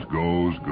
goes